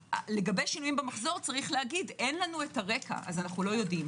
לגבי שינויים במחזור יש לומר אין לנו הרקע אז אנחנו לא יודעים,